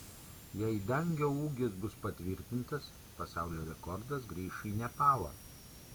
jei dangio ūgis bus patvirtintas pasaulio rekordas grįš į nepalą